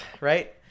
right